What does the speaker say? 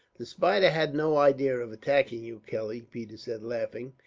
the spider had no idea of attacking you, kelly, peters said, laughing.